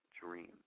dream